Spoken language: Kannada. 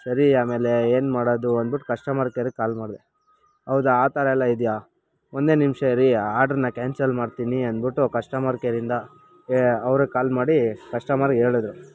ಸರಿ ಆಮೇಲೆ ಏನು ಮಾಡೋದು ಅಂದ್ಬುಟ್ಟು ಕಸ್ಟಮರ್ ಕೇರಿಗೆ ಕಾಲ್ ಮಾಡಿದೆ ಹೌದಾ ಆ ಥರ ಎಲ್ಲ ಇದೆಯಾ ಒಂದೇ ನಿಮಿಷ ಇರಿ ಆ ಆಡ್ರುನ್ನ ಕ್ಯಾನ್ಸಲ್ ಮಾಡ್ತೀನಿ ಅಂದ್ಬಿಟ್ಟು ಕಸ್ಟಮರ್ ಕೇರಿಂದ ಅವ್ರಿಗೆ ಕಾಲ್ ಮಾಡಿ ಕಸ್ಟಮರ್ಗೆ ಹೇಳದ್ರು